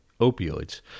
Opioids